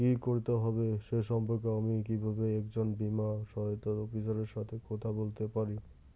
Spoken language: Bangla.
কী করতে হবে সে সম্পর্কে আমি কীভাবে একজন বীমা সহায়তা অফিসারের সাথে কথা বলতে পারি?